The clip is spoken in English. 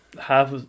half